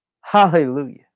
hallelujah